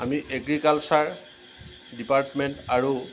আমি agriculture department আৰু